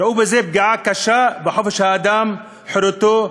ראו בזה פגיעה קשה בחופש האדם וחירותו,